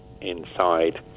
inside